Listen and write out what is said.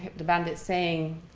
the bandit saying,